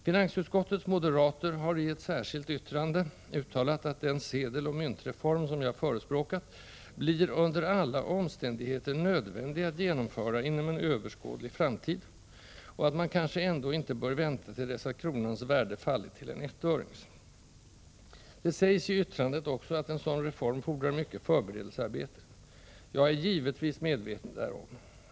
Finansutskottets moderater har i ett särskilt yttrande uttalat att den ”sedeloch myntreform” som jag förespråkat ”blir under alla omständigheter nödvändig att genomföra inom en överskådlig framtid” och att man kanske ändå inte bör vänta till dess kronans värde fallit till en ettörings. Det sägs i yttrandet också att en sådan reform fordrar mycket förberedelsearbete. Jag är givetvis medveten därom.